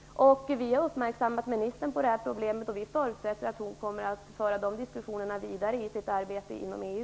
Vi har uppmärksammat ministern på detta, och vi förutsätter att hon kommer att föra diskussionerna vidare i sitt arbete inom EU.